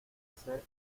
hacer